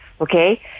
okay